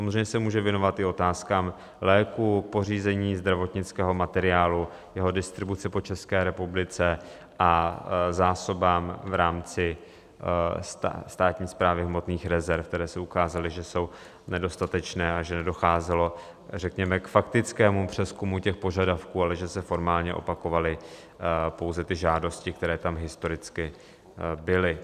Samozřejmě se může věnovat i otázkám léků, pořízení zdravotnického materiálu, jeho distribuci po České republice a zásobám v rámci Státní správy hmotných rezerv, které se ukázaly, že jsou nedostatečné, a že nedocházelo řekněme k faktickému přezkumu těch požadavků, ale že se formálně opakovaly pouze ty žádosti, které tam historicky byly.